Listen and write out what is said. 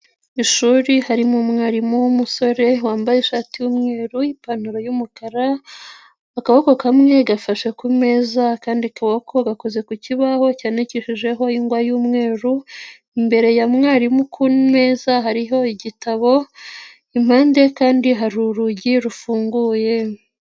Ishuri harimo umwarimu w'umusore wambaye ishati y'umweru, ipantaro y'umukara, akaboko kamwe gafashe kumeza akandi kaboko gakoze ku kibaho cyandikishijeho ingwa y'umweru, imbere ya mwarimu ku meza hariho igitabo impande kandi hari urugi rufunguye.